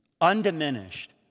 undiminished